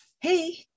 hey